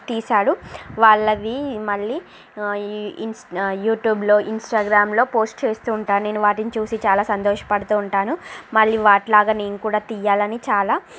తీసాడు వాళ్ళవి మళ్ళీ యూట్యూబ్లో ఇన్స్టాగ్రామ్లో పోస్ట్ చేస్తు ఉంటాను నేను వాటిని చూసి చాలా సంతోషపడుతు ఉంటాను మళ్ళీ వాటిలాగా నేను కూడా తీయాలని చాలా